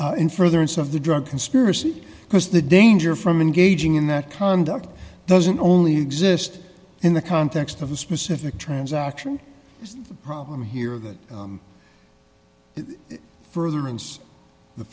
gun in furtherance of the drug conspiracy because the danger from engaging in that conduct doesn't only exist in the context of a specific transaction is the problem here that it further and the